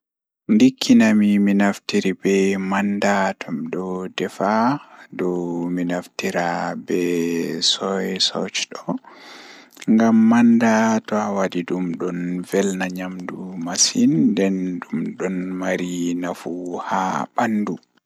Nafuuji be soinde nafuuji alaata komoi be komoi andi ma Ko goɗɗum waɗi nafa e famɗude woni ɗum o waɗi aɗa waɗi faabugol yimɓe e cuɓoraaji ngal. Ko waɗata mi faamude ko yimɓe njogii aɗa waawugol waɗde ndeeɗe, ngona waɗata miɗo waɗde faamugol. Aɗa waawataa nder ɗum miɗo waɗde ɗum aɗa waɗi waɗde haɓaade ɓe e cuɓi.